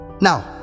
Now